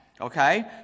Okay